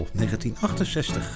1968